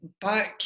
back